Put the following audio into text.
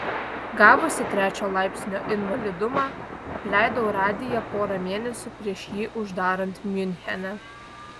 gavusi trečio laipsnio invalidumą apleidau radiją porą mėnesių prieš jį uždarant miunchene